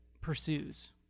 pursues